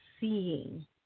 seeing